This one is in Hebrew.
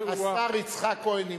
המשיב הוא השר יצחק כהן,